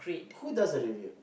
who does the review